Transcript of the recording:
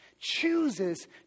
chooses